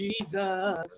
Jesus